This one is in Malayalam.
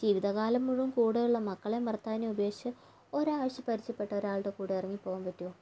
ജീവിതകാലം മുഴുവൻ കൂടെയുള്ള മക്കളെയും ഭർത്താവിനെയും ഉപേക്ഷിച്ച് ഒരാഴ്ച പരിചയപ്പെട്ട ഒരാളുടെ കൂടെ ഇറങ്ങിപ്പോകാൻ പറ്റുമോ